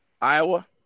Iowa